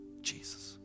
Jesus